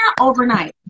overnight